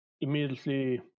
immediately